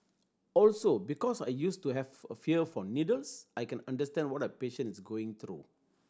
also because I used to have a fear for needles I can understand what a patient is going through